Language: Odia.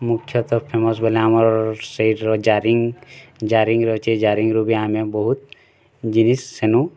ମୁଖ୍ୟତଃ ଫେମଶ୍ ବୋଇଲେ୍ ଆମ ସେଟ୍ର ଜାରିଙ୍ଗ୍ ଜାରିଙ୍ଗ୍ ରେ ଅଛି ଜାରିଙ୍ଗ୍ ରୁ ଆମେ ବହୁତ ଗିରିଶ୍ ସେନୋ